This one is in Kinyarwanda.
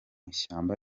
ishyamba